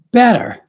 better